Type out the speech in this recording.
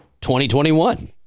2021